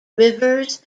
rivers